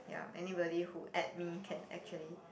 ya anybody who add me can actually